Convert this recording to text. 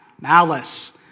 malice